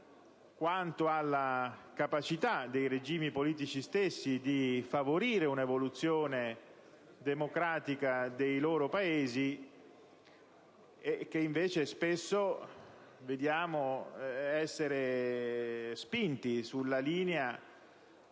quanto alla capacità dei regimi politici stessi di favorire un'evoluzione democratica dei loro Paesi, che invece spesso vediamo essere spinti sulla linea